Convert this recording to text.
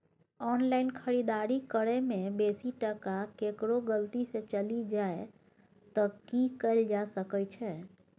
Online खरीददारी करै में बेसी टका केकरो गलती से चलि जा त की कैल जा सकै छै?